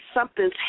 something's